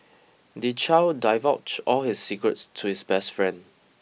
the child divulge all his secrets to his best friend